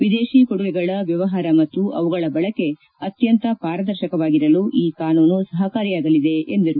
ವಿದೇಶಿ ಕೊಡುಗೆಗಳ ವ್ಲವಹಾರ ಮತ್ತು ಅವುಗಳ ಬಳಕೆ ಅತ್ಯಂತ ಪಾರದರ್ಶಕವಾಗಿರಲು ಈ ಕಾನೂನು ಸಹಕಾರಿಯಾಗಲಿದೆ ಎಂದರು